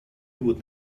would